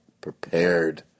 prepared